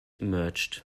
emerged